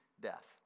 death